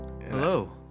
Hello